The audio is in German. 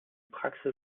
praxis